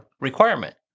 requirement